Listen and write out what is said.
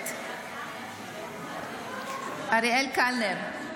משתתפת בהצבעה אריאל קלנר,